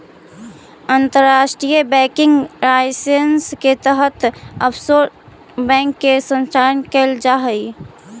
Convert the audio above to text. अंतर्राष्ट्रीय banking licence के तहत ऑफशोर बैंक के संचालन कैल जा हइ